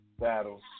battles